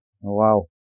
wow